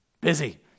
Busy